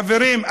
חברים,